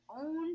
own